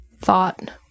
thought